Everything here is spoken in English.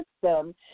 system